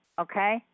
Okay